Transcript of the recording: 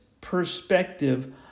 perspective